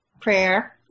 prayer